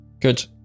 Good